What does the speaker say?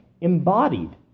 embodied